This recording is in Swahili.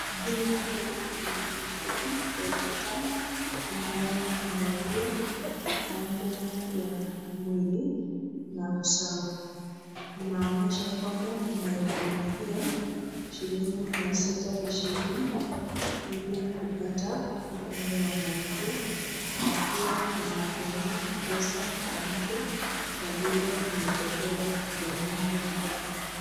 Bima hii ni ya kampuni ya Britam inayohangazia mambo ya mwili na usawa. Inaonyesha kwamba unaweza lipia shilingi mia sita ishirini ili kupata upande wa malkia na pia wanapeana pesa ya mwisho saa zile umepoteza jamaa wako.